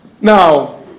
Now